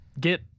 Get